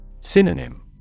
Synonym